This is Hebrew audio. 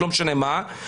לא משנה מה,